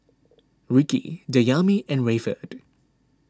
Ricki Dayami and Rayford